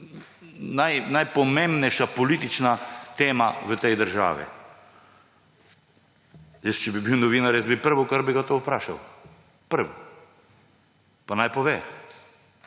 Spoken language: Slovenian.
najpomembnejša politična tema v tej državi. Jaz, če bi bil novinar, bi bilo to prvo, kar bi ga vprašal. Pa naj pove.